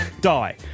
Die